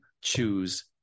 choose